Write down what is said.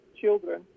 children